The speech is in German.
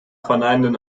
verneinenden